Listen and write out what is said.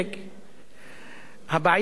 הבעיה היא סדר עדיפות כלכלי,